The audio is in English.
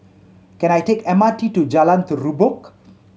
can I take M R T to Jalan Terubok